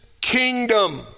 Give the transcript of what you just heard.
kingdom